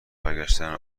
برگشتن